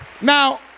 Now